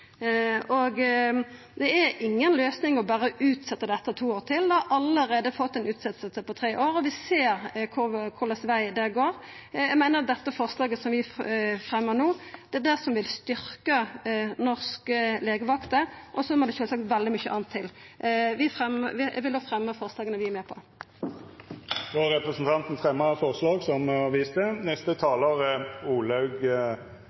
Det er inga løysing berre å utsetja dette i to år til. Det har allereie fått ei utsetjing på tre år, og vi ser kva veg det går. Eg meiner dette forslaget som vi har fremja no, er det som vil styrkja norske legevakter, og så må det sjølvsagt veldig mykje anna til. Med dette vil eg anbefala tilrådinga. Neste talar er